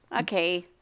Okay